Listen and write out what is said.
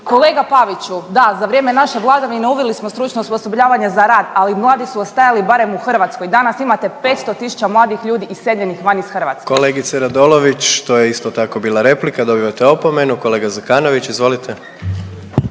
Kolega Paviću, da za vrijeme naše vladavine uveli smo stručno osposobljavanje za rad, ali mladi su ostajali barem u Hrvatskoj. Danas imate 500 000 mladih ljudi iseljenih van iz Hrvatske. **Jandroković, Gordan (HDZ)** Kolegice Radolović to je isto tako bila replika, dobivate opomenu. Kolega Zekanović, izvolite.